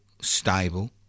stable